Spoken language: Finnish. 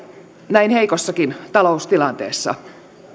näin heikossakin taloustilanteessa